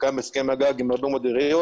קיים הסכם הגג עם הרבה מאוד עיריות